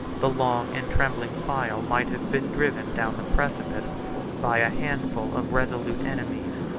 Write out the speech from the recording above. the long and trembling file might have been driven down the precipice by a handful of resolute enemies.